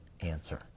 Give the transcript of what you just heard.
answer